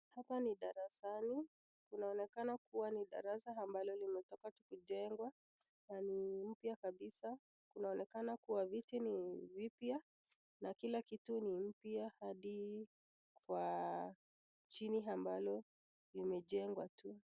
Hapa ni darasani. Kunaonekana kuwa ni darasa ambalo limetoka tu kujengwa na ni mpya kabisa. Kunaonekana kuwa viti ni vipya na kila kitu ni mpya adi kwa chini ambalo limejengwa tu.